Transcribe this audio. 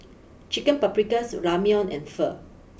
Chicken Paprikas Ramyeon and Pho